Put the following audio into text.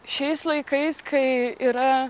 šiais laikais kai yra